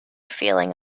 feeling